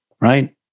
right